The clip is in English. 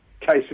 cases